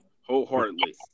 wholeheartedly